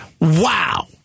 Wow